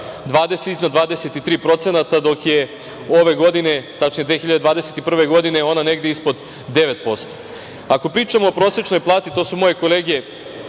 iznad 23%, dok je ove godine, tačnije 2021. godine, ona negde ispod 9%.Ako pričamo o prosečnoj plati, to su moje kolege